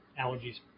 allergies